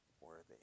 worthy